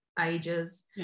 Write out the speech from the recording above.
ages